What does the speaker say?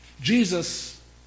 Jesus